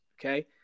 Okay